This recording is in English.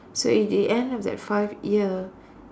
so in the end of that five year